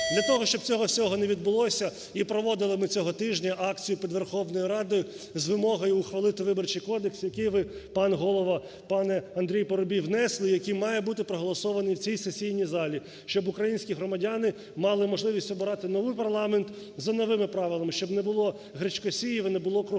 Для того, щоб цього всього не відбулося, і проводили ми цього тижня акцію під Верховною Радою з вимогою ухвалити Виборчий кодекс, який ви, пан Голово, пане АндрійПарубій, внесли, який має бути проголосований у цій сесійній залі, щоб українські громадяни мали можливість обирати новий парламент за новими правилами, щоб не було "гречкосіїв" і не було кругової